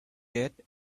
yet